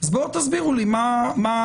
אז בואו תסבירו לי מה הכוונה.